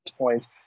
points